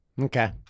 Okay